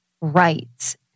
right